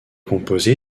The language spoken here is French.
composé